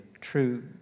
true